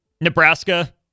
Nebraska